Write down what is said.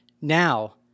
now